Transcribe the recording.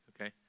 okay